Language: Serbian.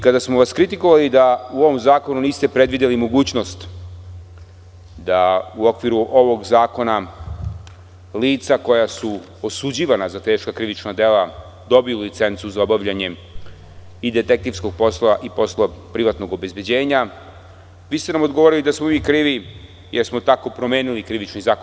Kada smo vas kritikovali da u ovom zakonu niste predvideli mogućnost da u okviru ovog zakona lica koja su osuđivana za teška krivična dela dobiju licencu za obavljanje i detektivskog posla i posla privatnog obezbeđenja, vi ste nam odgovorili da smo mi krivi jer smo tako promenili Krivični zakon.